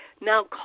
now